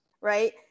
Right